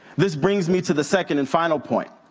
this brings me to the second and final point.